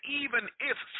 even-if